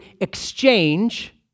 exchange